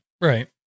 Right